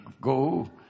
go